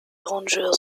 rangers